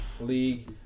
league